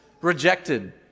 rejected